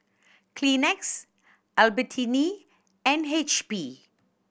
Kleenex Albertini and H P